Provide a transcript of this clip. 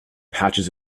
patches